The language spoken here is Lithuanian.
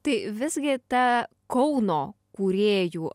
tai visgi ta kauno kūrėjų